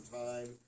time